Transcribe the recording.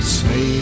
say